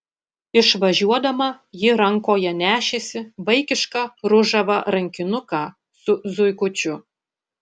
išvažiuodama ji rankoje nešėsi vaikišką ružavą rankinuką su zuikučiu